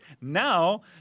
now